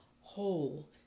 whole